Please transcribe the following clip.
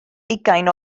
ugain